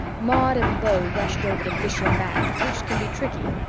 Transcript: maud and beau rushed over to fish him back, which can be tricky.